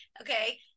Okay